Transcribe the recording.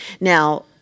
Now